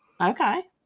Okay